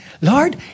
Lord